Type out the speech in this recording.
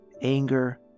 anger